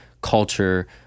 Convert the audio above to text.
culture